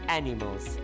animals